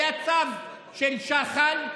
היה צו של שחל,